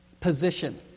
position